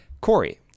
Corey